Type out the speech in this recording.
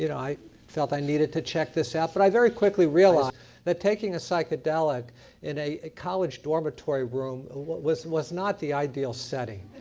i felt i needed to check this out. but i very quickly realized that taking a psychodelic in a a college dormitory room was was not the ideal setting.